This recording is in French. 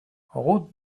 route